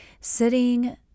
sitting